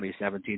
2017